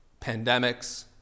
pandemics